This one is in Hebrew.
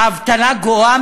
האבטלה גואה,